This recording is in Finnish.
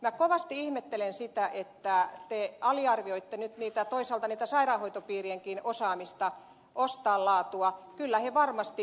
minä kovasti ihmettelen sitä että te aliarvioitte nyt toisaalta sairaanhoitopiirienkin osaamista ostaa laatua kyllä ne varmasti osaavat